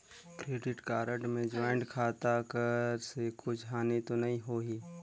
Credit card मे joint खाता कर से कुछ हानि तो नइ होही?